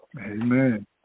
Amen